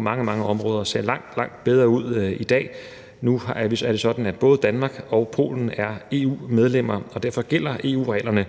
mange områder ser langt, langt bedre ud i dag. Nu er det sådan, at både Danmark og Polen er EU-medlemmer, og derfor gælder EU-reglerne